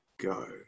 go